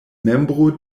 membro